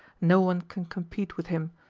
no one can compete with him,